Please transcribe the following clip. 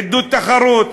עידוד תחרות.